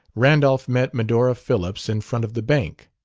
randolph met medora phillips in front of the bank.